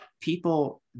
People